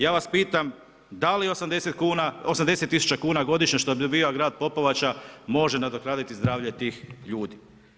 Ja vas pitam da li 80 000 kuna godišnje što dobiva grad Popovača može nadoknaditi zdravlje tih ljudi?